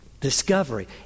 discovery